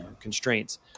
constraints